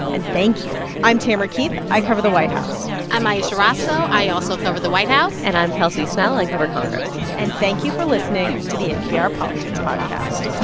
and thank you i'm tamara keith. i cover the white house i'm ayesha rascoe. i also cover the white house and i'm kelsey snell. i cover congress and thank you for listening to the npr politics podcast